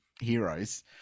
heroes